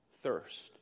thirst